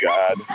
God